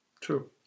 true